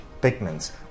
pigments